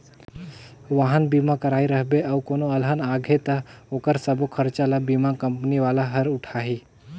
वाहन बीमा कराए रहिबे अउ कोनो अलहन आगे त ओखर सबो खरचा ल बीमा कंपनी वाला हर उठाही